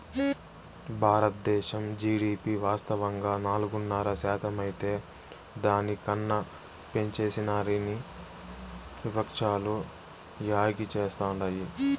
బారద్దేశం జీడీపి వాస్తవంగా నాలుగున్నర శాతమైతే దాని కన్నా పెంచేసినారని విపక్షాలు యాగీ చేస్తాండాయి